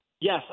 yes